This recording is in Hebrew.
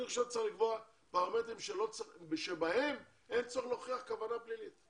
אני עכשיו צריך לקבוע פרמטרים שבהם אין צורך להוכיח כוונה פלילית.